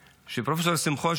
שפרופ' שמחון,